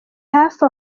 hafi